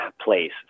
place